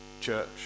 church